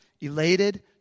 elated